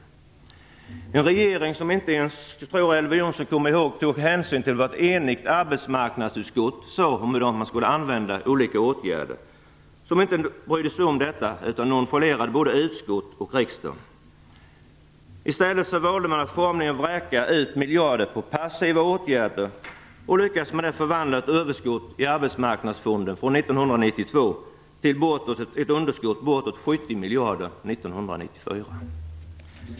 Det var en regering som inte ens tog hänsyn till vad ett enigt arbetsmarknadsutskott sade om hur olika åtgärder skulle sättas in. Den nonchalerade både utskottet och riksdagen i övrigt. I stället valde man att formligen vräka ut miljarder på passiva åtgärder och lyckades med att förvandla ett överskott i Arbetsmarknadsfonden från 1992 till ett underskott om bortåt 70 miljarder 1994.